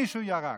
מישהו ירק.